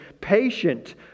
patient